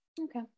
Okay